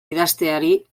idazteari